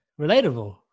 Relatable